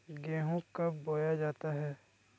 गेंहू कब बोया जाता हैं?